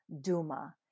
Duma